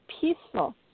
peaceful